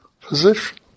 position